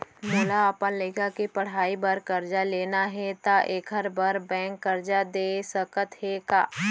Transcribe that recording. मोला अपन लइका के पढ़ई बर करजा लेना हे, त एखर बार बैंक करजा दे सकत हे का?